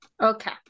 Okay